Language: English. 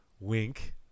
Wink